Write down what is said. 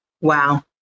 Wow